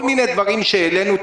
כל מיני דברים שהעלנו.